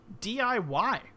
DIY